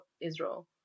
israel